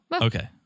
Okay